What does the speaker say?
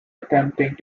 attempting